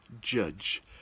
judge